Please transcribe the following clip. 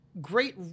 great